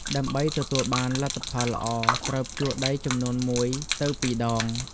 ដើម្បីទទួលបានលទ្ធផលល្អ ត្រូវភ្ជួរដីចំនួន ១ទៅ២ ដង។